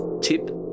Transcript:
tip